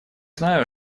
знаю